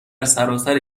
سراسر